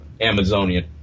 Amazonian